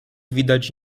widać